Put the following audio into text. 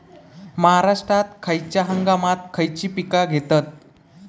महाराष्ट्रात खयच्या हंगामांत खयची पीका घेतत?